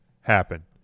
happen